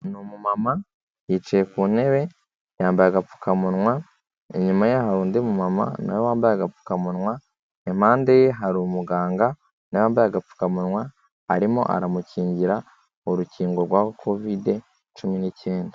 Ni umumama, yicaye ku ntebe, yambaye agapfukamunwa, inyuma ye hari undi mumama na we wambaye agapfukamunwa, impande ye hari umuganga na we wambaye agapfukamunwa, arimo aramukingira urukingo rwa kovide cumi n'icyenda.